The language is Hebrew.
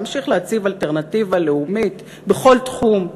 נמשיך להציב אלטרנטיבה לאומית בכל תחום,